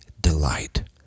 delight